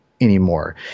anymore